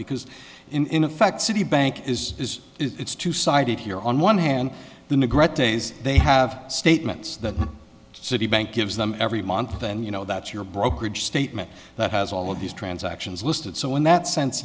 because in effect citibank is it's two sided here on one hand the great days they have statements that citibank gives them every month and you know that's your brokerage statement that has all of these transactions listed so in that sense